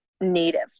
native